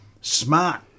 smart